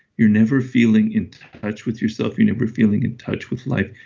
you're never feeling in touch with yourself, you're never feeling in touch with life.